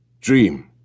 dream